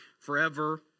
forever